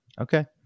Okay